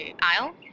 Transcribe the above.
aisle